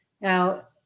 Now